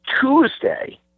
Tuesday